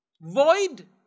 void